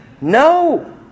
no